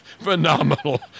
phenomenal